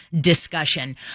discussion